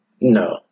No